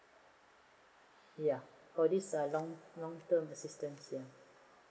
ya all these long long term assistance